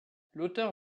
l’auteur